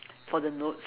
for the notes